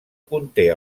conté